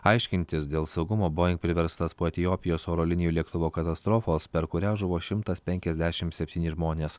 aiškintis dėl saugumo boing priverstas po etiopijos oro linijų lėktuvo katastrofos per kurią žuvo šimtas penkiasdešimt septyni žmonės